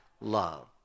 love